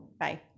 Bye